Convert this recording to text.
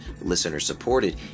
listener-supported